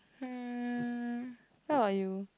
hmm how about you